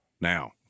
Now